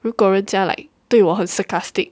如果人家 like 对我很 sarcastic